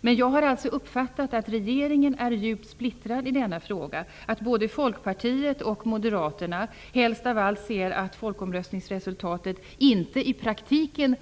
Jag har alltså uppfattat det som att regeringen är djupt splittrad i denna fråga och att både Folkpartiet och Moderaterna helst ser att folkomröstningsresultatet inte uppfylls i praktiken.